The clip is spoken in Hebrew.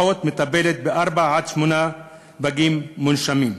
אחות מטפלת בארבעה שמונה פגים מונשמים.